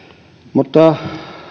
mutta